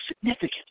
significant